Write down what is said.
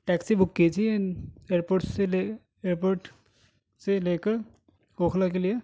taxi book کی تھی airport سے لے ایئرپورٹ سے لے کر اوکھلا کے لیے